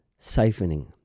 siphoning